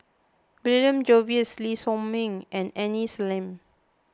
William Jervois Lee Shao Meng and Aini Salim